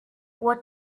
what